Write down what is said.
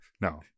No